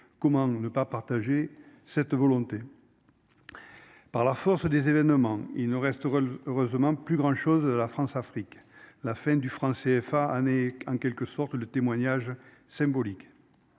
Comment ne pas partager cette volonté. Par la force des événements, il ne resterait heureusement plus grand chose de la Françafrique. La fin du franc CFA. En quelque sorte le témoignage symbolique.